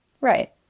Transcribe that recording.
Right